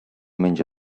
menja